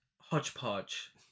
hodgepodge